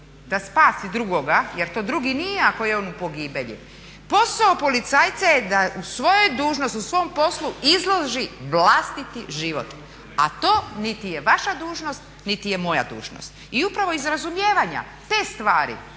da spasi drugoga, jer to drugi nije ako je on u pogibelji. Posao policajca je da u svojoj dužnosti, u svom poslu izloži vlastiti život. A to niti je vaša dužnost niti je moja dužnost. I upravo iz razumijevanja te stvari